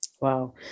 Wow